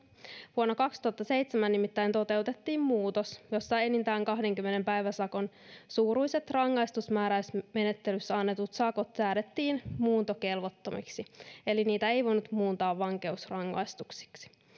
vuonna kaksituhattaseitsemän nimittäin toteutettiin muutos jossa enintään kahdenkymmenen päiväsakon suuruiset rangaistusmääräysmenettelyssä annetut sakot säädettiin muuntokelvottomiksi eli niitä ei voinut muuntaa vankeusrangaistuksiksi